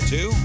Two